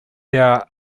there